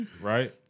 right